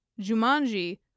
jumanji